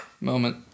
Moment